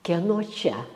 kieno čia